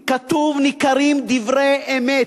כתוב: "ניכרים דברי אמת".